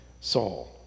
Saul